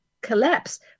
collapse